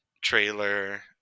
trailer